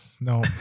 no